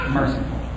merciful